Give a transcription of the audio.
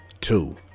two